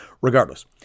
Regardless